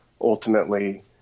ultimately